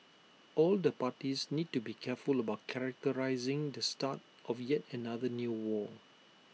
all the parties need to be careful about characterising the start of yet another new war